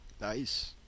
Nice